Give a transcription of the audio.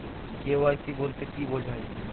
KYC বলতে কি বোঝায়?